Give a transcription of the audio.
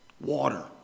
water